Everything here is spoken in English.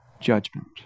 judgment